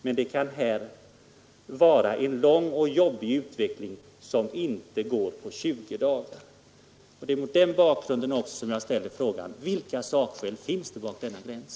Men det här kan vara en lång och jobbig utveckling som inte går på tjugo dagar.” Det är också mot den bakgrunden jag ställer frågan: Vilka sakskäl finns det för denna gräns?